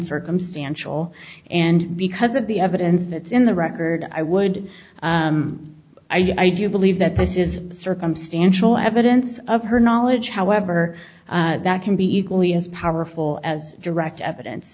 circumstantial and because of the evidence that's in the record i would i do believe that this is circumstantial evidence of her knowledge however that can be equally as powerful as direct evidence